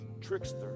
trickster